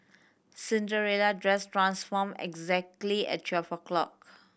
Cinderella dress transformed exactly at twelve o'clock